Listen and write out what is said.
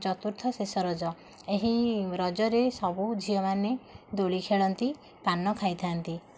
ଚତୁର୍ଥ ଶେଷ ରଜ ଏହି ରଜରେ ସବୁ ଝିଅମାନେ ଦୋଳି ଖେଳନ୍ତି ପାନ ଖାଇଥାନ୍ତି